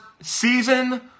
season